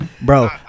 bro